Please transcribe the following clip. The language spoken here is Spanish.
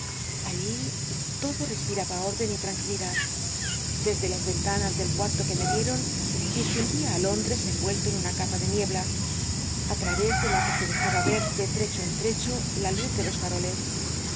li lodo respiraba órden y tranquil idad desde las rcnt mas del cuarto que me dier on distinguía á lóndres erwuelto en una capa de niebla á trarós de la que se dejaba ver de trecho en lre'hola luz de jos fal'oies